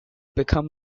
become